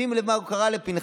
שים לב איך הוא קרא לפינחס